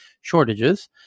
shortages